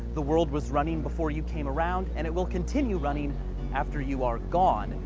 the world was running before you came around and it will continue running after you are gone.